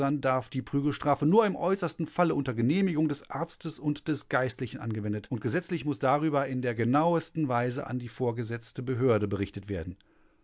darf die prügelstrafe nur im äußersten falle unter genehmigung des arztes und des geistlichen angewendet und gesetzlich muß darüber in der genauesten weise an die vorgesetzte behörde berichtet werden